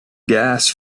gas